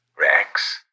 Rex